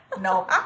No